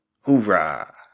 Hoorah